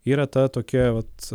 yra ta tokia vat